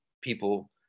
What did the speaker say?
people